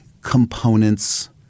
components